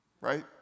right